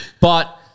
But-